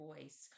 voice